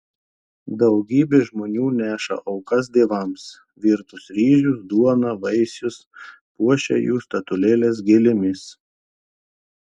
daugybė žmonių neša aukas dievams virtus ryžius duoną vaisius puošia jų statulėles gėlėmis